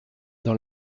dans